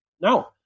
no